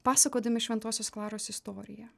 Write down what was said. pasakodami šventosios klaros istoriją